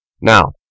Now